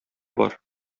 бар